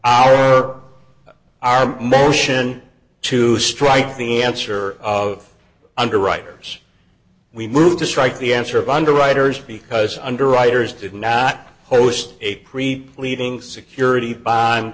fir our motion to strike the answer of underwriters we moved to strike the answer by underwriters because underwriters did not host a pre pleading security